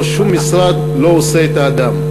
שום משרד לא עושה את האדם,